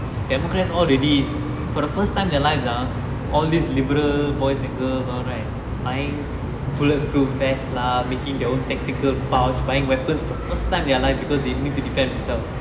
democrats all already for the first time their lives ah all these liberal boys and girls all right buying bulletproof vest lah making their own tactical pouch buying weapons for first time of their life because they need to defend themselves